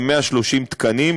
עם 130 תקנים,